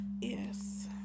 Yes